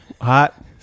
hot